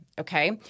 Okay